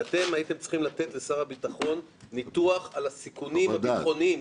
והייתם צריכים לתת לשר הביטחון ניתוח על הסיכונים הביטחוניים,